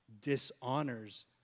dishonors